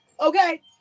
Okay